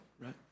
right